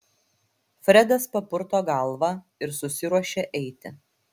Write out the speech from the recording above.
fredas papurto galvą ir susiruošia eiti